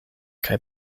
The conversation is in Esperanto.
kaj